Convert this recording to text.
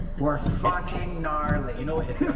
we're fucking gnarly. you know it's yeah